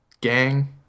gang